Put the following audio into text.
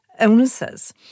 Illnesses